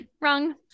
wrong